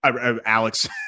Alex